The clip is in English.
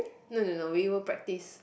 no no no we will practice